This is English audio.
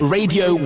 Radio